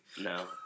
No